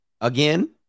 again